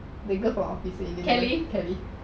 t